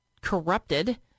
corrupted